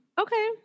Okay